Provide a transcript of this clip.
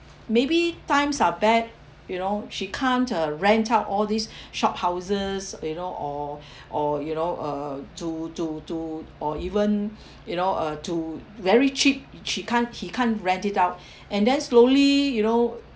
maybe times are bad you know she can't uh rent out all these shophouses you know or or you know uh to to to or even you know uh to very cheap she can't he can't rent it out and then slowly you know